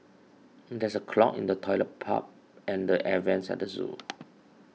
there is a clog in the Toilet Pipe and the Air Vents at the zoo